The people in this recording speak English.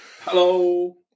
Hello